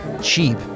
cheap